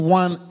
one